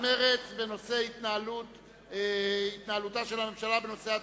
בנושא התנהלותה של הממשלה בנושא התקציב,